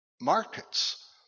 markets